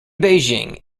beijing